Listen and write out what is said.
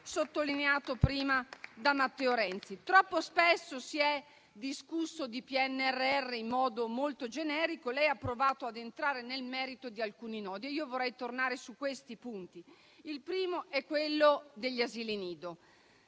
sottolineato prima da Matteo Renzi. Troppo spesso si è discusso di PNRR in modo molto generico; lei ha provato ad entrare nel merito di alcuni nodi e io vorrei tornare su quei punti. Il primo è quello degli asili nido.